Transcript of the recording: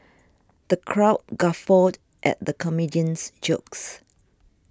the crowd guffawed at the comedian's jokes